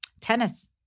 Tennis